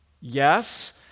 Yes